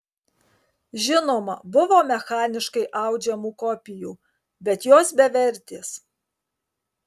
žinoma buvo mechaniškai audžiamų kopijų bet jos bevertės